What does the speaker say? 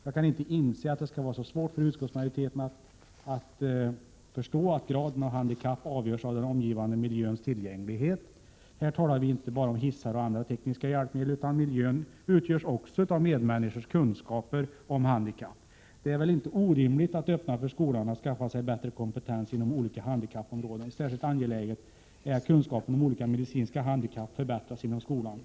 Jag kan inte inse att det skall vara svårt för utskottsmajoriteten att förstå att graden av handikapp avgörs av den omgivande miljöns tillgänglighet. Här talar vi inte bara om hissar och andra tekniska hjälpmedel, utan miljön utgörs också av medmänniskors kunskaper om handikapp. Det är väl inte orimligt att öppna för skolan att skaffa sig bättre kompetens inom olika handikappområden. Särskilt angeläget är att kunskapen om olika medicinska handikapp förbättras inom skolan.